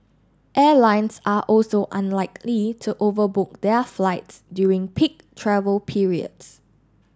airlines are also unlikely to overbook their flights during peak travel periods